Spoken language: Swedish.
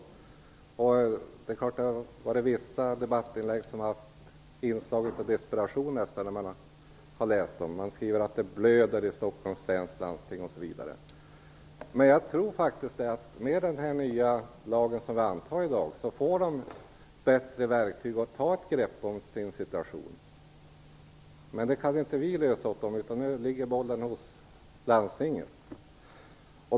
Vissa debattinlägg har nästan också haft inslag av desperation. Man skriver t.ex. att det blöder i Stockholms läns landsting. Jag tror faktiskt att med den nya lag som vi skall anta i dag får man bättre verktyg för att ta ett grepp om sin situation. Vi kan inte lösa det här åt dem. Nu ligger bollen hos landstinget.